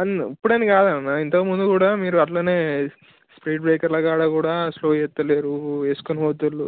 అన్ ఇప్పుడని కాదన్న ఇంతకుముందు కుడా మీరు అట్లానే స్పీడ్ బ్రేక్ర్ల కాడా కూడా స్లో చేస్తలేరు వేసుకుని పోతున్నారు